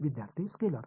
विद्यार्थी स्केलर